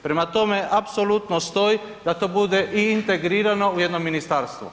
Prema tome, apsolutno stoji da to bude i integrirano u jedno ministarstvo.